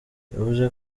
yavuze